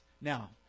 Now